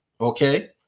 okay